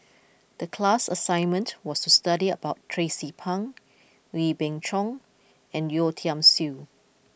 the class assignment was to study about Tracie Pang Wee Beng Chong and Yeo Tiam Siew